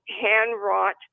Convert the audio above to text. hand-wrought